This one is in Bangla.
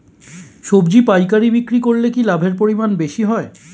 সবজি পাইকারি বিক্রি করলে কি লাভের পরিমাণ বেশি হয়?